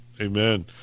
Amen